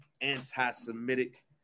anti-Semitic